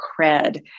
cred